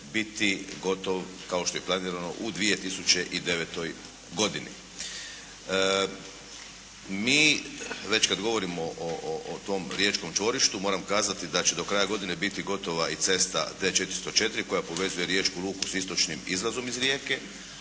biti gotov kao što je planirano u 2009. godini. Mi već kad govorimo o tom riječkom čvorištu moram kazati da će do kraja godine biti gotova i cesta D-404 koja povezuje riječku luku sa istočnim izlazom iz Rijeke,